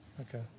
Okay